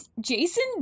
Jason